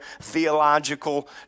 theological